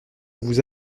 vous